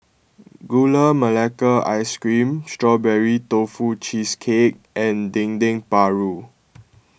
Gula Melaka Ice Cream Strawberry Tofu Cheesecake and Dendeng Paru